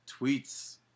tweets